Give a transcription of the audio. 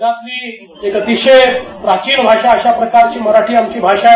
जगातली एक अतीशय प्राचीन भाषा अशा प्रकारची मराठी आमची भाषा आहे